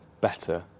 better